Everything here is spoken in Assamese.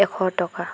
এশ টকা